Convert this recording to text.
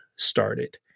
started